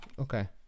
Okay